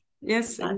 Yes